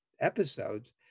episodes